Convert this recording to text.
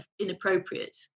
inappropriate